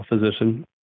physician